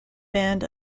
band